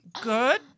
Good